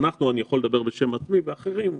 ואני יכול לדבר בשם עצמי ואחרים,